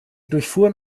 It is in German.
durchfuhren